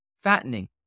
fattening